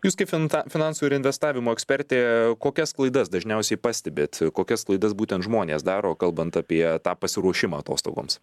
jūs kaip fin finansų ir investavimo ekspertė kokias klaidas dažniausiai pastebit kokias klaidas būtent žmonės daro kalbant apie tą pasiruošimą atostogoms